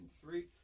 three